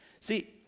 See